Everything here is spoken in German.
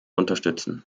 unterstützen